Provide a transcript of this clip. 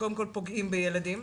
שקודם כל פוגעים בילדים,